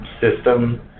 system